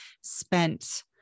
spent